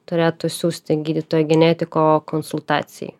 turėtų siųsti gydytojo genetiko konsultacijai